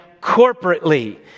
corporately